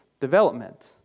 development